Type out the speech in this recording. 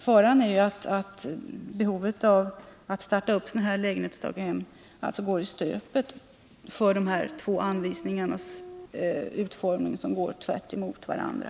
Faran är, som jag sade, att planerna på att starta sådana här lägenhetsdaghem går i stöpet på grund av att de två anvisningarna i sin utformning helt strider mot varandra.